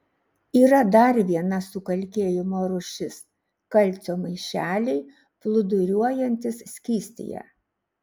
yra dar viena sukalkėjimo rūšis kalcio maišeliai plūduriuojantys skystyje